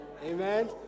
Amen